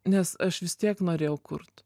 nes aš vis tiek norėjau kurt